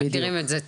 מכירים את זה.